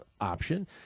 option